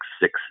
six